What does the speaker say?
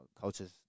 coaches